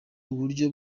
uburyo